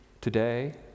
today